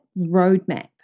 roadmap